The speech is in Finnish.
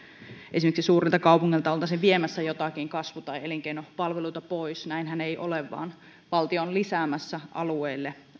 esimerkiksi suurilta kaupungeilta oltaisiin viemässä joitakin kasvu tai elinkeinopalveluita pois näinhän ei ole vaan valtio on lisäämässä alueelle